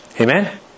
Amen